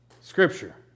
scripture